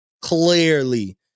clearly